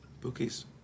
Bookie's